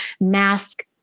mask